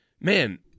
man